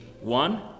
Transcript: one